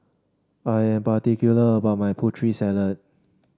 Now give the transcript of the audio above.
I am particular about my Putri Salad